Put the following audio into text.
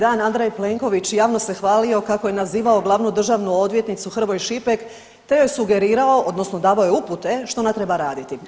Prije neki dan Andrej Plenković javno se hvalio kako je nazivao glavnu državnu odvjetnicu Hrvoj-Šipek, te joj sugerirao odnosno davao joj upute što ona treba raditi.